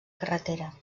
carretera